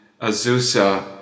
Azusa